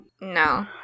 No